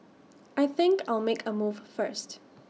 I think I'll make A move first